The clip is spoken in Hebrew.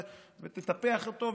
תטפח אותו,